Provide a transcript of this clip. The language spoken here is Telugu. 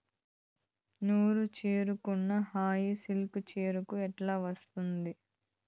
నూరు చీరకున్న హాయి సిల్కు చీరకు ఎట్టా వస్తాది